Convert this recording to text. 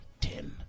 Ten